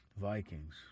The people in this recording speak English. vikings